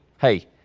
hey